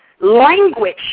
language